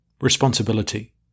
Responsibility